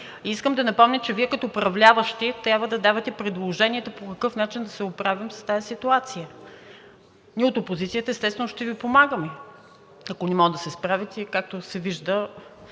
Искам да напомня, че Вие като управляващи трябва да давате предложенията по какъв начин да се оправим с тази ситуация. Ние от опозицията, естествено, ще Ви помагаме, ако не можете да се справите, и както се вижда,